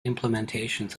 implementations